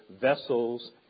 vessels